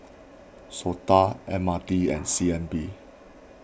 Sota M R T and C N B